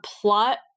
plot